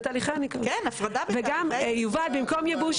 במקום יבוש,